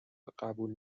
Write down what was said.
قبول